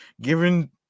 given